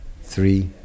three